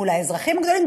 מול האזרחים הגדולים,